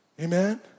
Amen